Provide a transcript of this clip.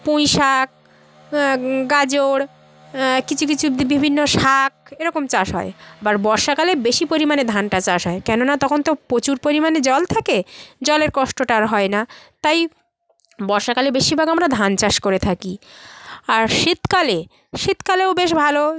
পুঁইশাক গাজর কিছু কিছু বিভিন্ন শাক এরকম চাষ হয় আবার বর্ষাকালে বেশি পরিমাণে ধানটা চাষ হয় কেননা তখন তো প্রচুর পরিমাণে জল থাকে জলের কষ্টটা আর হয় না তাই বর্ষাকালে বেশিভাগ আমরা ধান চাষ করে থাকি আর শীতকালে শীতকালেও বেশ ভালো